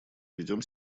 ведем